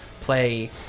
play